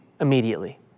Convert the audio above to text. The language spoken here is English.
immediately